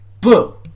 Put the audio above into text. Boo